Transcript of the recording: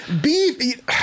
beef